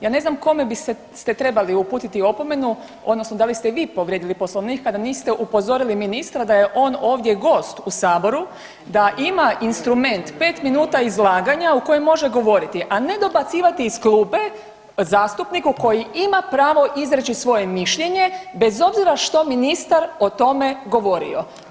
Ja ne znam kome bi se, ste trebali uputiti opomenu, odnosno da li ste vi povrijedili Poslovnik kada niste upozorili ministra da je on ovdje gost u Saboru, da ima instrument 5 minuta izlaganja u kojem može govoriti, a ne dobacivati iz klupe zastupniku koji ima pravo izreći svoje mišljenje bez obzira što ministar o tome govorio.